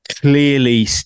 clearly